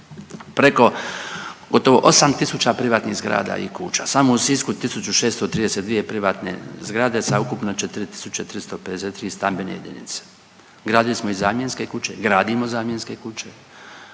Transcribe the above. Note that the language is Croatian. preko gotovo 8 tisuća privatnih zgrada i kuća. Samo u Sisku 1.632 privatne zgrade sa ukupno 4.353 stambene jedinice. Gradili smo i zamjenske kuće, gradimo zamjenske kuće,